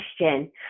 question